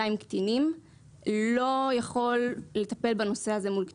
עם קטינים לא יכול לטפל בנושא הזה מול קטינים.